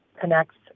connects